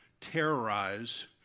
terrorize